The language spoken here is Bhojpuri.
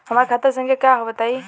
हमार खाता संख्या का हव बताई?